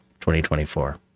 2024